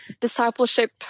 discipleship